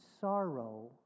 sorrow